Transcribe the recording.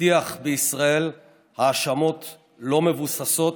הטיח בישראל האשמות לא מבוססות,